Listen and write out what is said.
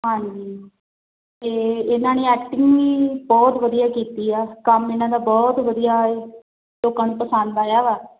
ਹਾਂਜੀ ਅਤੇ ਇਹਨਾਂ ਨੇ ਐਕਟਿੰਗ ਵੀ ਬਹੁਤ ਵਧੀਆ ਕੀਤੀ ਹੈ ਕੰਮ ਇਹਨਾਂ ਦਾ ਬਹੁਤ ਵਧੀਆ ਹੈ ਲੋਕਾਂ ਨੂੰ ਪਸੰਦ ਆਇਆ ਵਾ